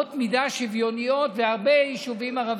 ואנחנו מאריכים אותה לעשר